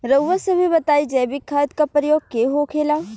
रउआ सभे बताई जैविक खाद क प्रकार के होखेला?